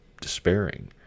despairing